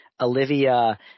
Olivia